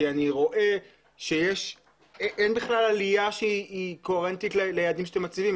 אני רואה שאין בכלל עלייה קוהרנטית ליעדים שאתם מציבים,